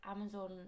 Amazon